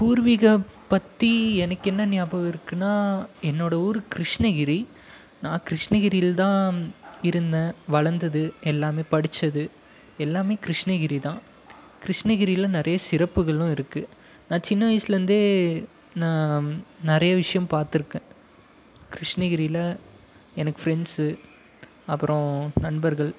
பூர்வீகம் பற்றி எனக்கு என்ன ஞாபகம் இருக்குனால் என்னோட ஊர் கிருஷ்ணகிரி நான் கிருஷ்ணகிரியில்தான் இருந்தேன் வளர்ந்தது எல்லாமே படித்தது எல்லாமே கிருஷ்ணகிரிதான் கிருஷ்ணகிரியில் நிறைய சிறப்புகளும் இருக்குது நான் சின்ன வயசுலேருந்தே நான் நிறைய விஷயம் பார்த்துருக்கேன் கிருஷ்ணகிரியில் எனக்கு ஃப்ரெண்ட்ஸ்ஸு அப்புறம் நண்பர்கள்